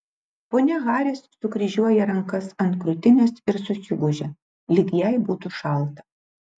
ponia haris sukryžiuoja rankas ant krūtinės ir susigūžia lyg jai būtų šalta